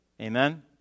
Amen